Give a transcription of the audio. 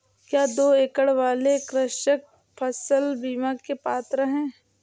क्या दो एकड़ वाले कृषक फसल बीमा के पात्र हैं?